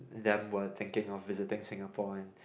them were thinking of visiting Singapore and